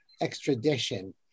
extradition